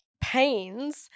pains